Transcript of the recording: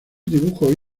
dibujos